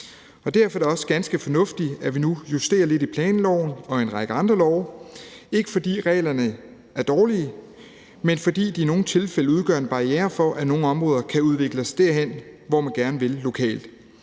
Derfor er det også ganske fornuftigt, at vi nu justerer lidt i planloven og en række andre love, ikke fordi reglerne er dårlige, men fordi de i nogle tilfælde udgør en barriere for, at nogle områder kan udvikle sig derhen, hvor man gerne vil lokalt.